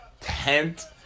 tent